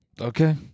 Okay